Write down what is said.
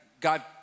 God